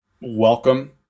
welcome